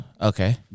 okay